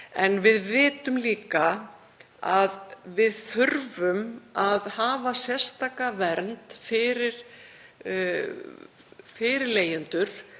En við vitum líka að við þurfum að hafa sérstaka vernd fyrir leigjendur